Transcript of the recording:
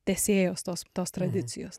tęsėjos tos tos tradicijos